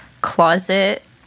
closet